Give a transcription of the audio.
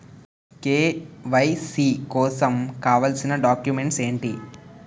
KYC కోసం కావాల్సిన documents ఎంటి?